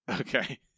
Okay